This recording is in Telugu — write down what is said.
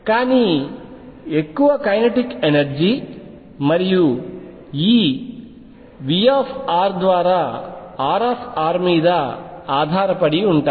కానీ ఎక్కువ కైనెటిక్ ఎనర్జీ మరియు E V ద్వారా R మీద ఆధారపడి ఉంటాయి